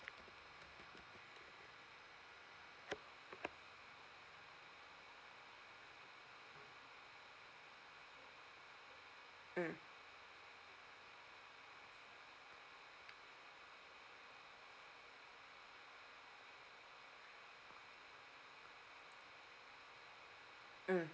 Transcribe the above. mm mm